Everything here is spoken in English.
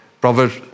Proverbs